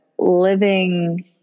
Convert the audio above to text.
living